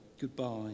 Goodbye